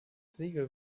siegel